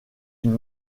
une